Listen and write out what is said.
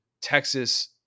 Texas